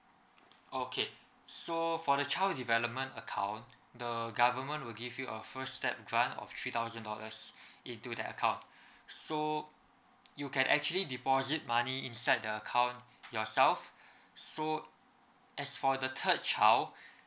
okay so for the child development account the government will give you a first step grant of three thousand dollars into that account so you can actually deposit money inside the account yourself so as for the third child